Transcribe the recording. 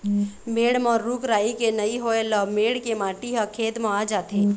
मेड़ म रूख राई के नइ होए ल मेड़ के माटी ह खेत म आ जाथे